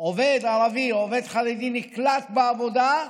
עובד ערבי או עובד חרדי נקלט בעבודה,